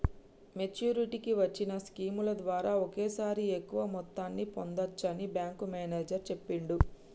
మెచ్చురిటీకి వచ్చిన స్కీముల ద్వారా ఒకేసారి ఎక్కువ మొత్తాన్ని పొందచ్చని బ్యేంకు మేనేజరు చెప్పిండు